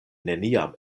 neniam